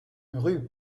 rue